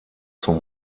zum